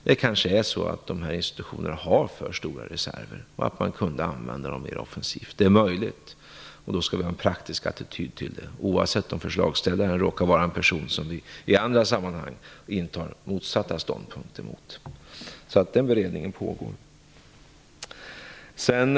Det är möjligt att dessa institutioner har för stora reserver, som kunde användas mera offensivt, och då skall vi ha en praktisk attityd, oavsett om förslagsställaren råkar vara en person mot vars ståndpunkter vi i andra sammanhang intar en motsatt attityd. Den beredningen pågår alltså.